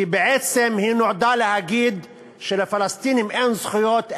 כי בעצם היא נועדה להגיד שלפלסטינים אין זכויות,